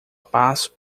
passo